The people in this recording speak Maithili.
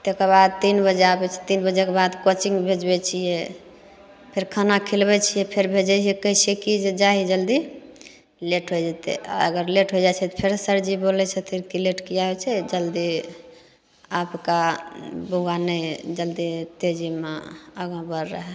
तकरबाद तीन बजे आबय छै तीन बजेके बाद कोचिंग भेजबय छियै फेर खाना खिलबय छियै फेर भेजय हियै कहय छियै की जे जाही जल्दी लेट होइ जेतय आओर अगर लेट हो जाइ छै तऽ फेर सरजी बोलय छथिन की लेट किएक होइ छै जल्दी आपका बौआ नहि जल्दी तेजीमे आगाँ बढ़ रहा है